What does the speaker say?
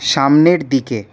সামনের দিকে